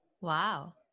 Wow